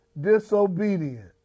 disobedient